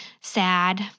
sad